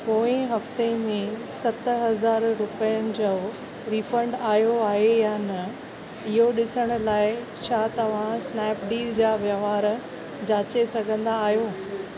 पोएं हफ़्ते में सत हज़ार रुपियनि जो रीफंड आयो आहे या न इहो ॾिसण लाइ छा तव्हां स्नैपडील जा व्यवहार जाचे सघंदा आहियो